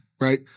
right